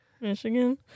michigan